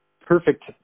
perfect